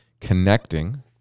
connecting